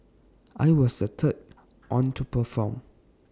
I was the third one to perform